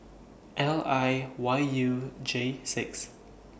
L I Y U J six